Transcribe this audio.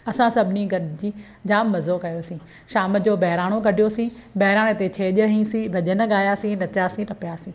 असां सभिनी गॾिजी जाम मज़ो कयोसीं शाम जो बैहराणो कढियोसीं बैहराणे ते छेॼ हइसीं भॼनु ॻायासीं नचियासीं टपयासीं